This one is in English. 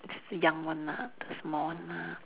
young one ah the small one ah mm